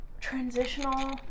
transitional